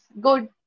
good